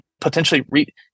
potentially